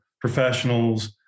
professionals